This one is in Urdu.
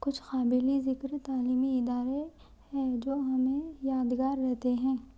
کچھ قابل ذکر تعلیمی ادارے ہیں جو ہمیں یادگار رہتے ہیں